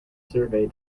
survey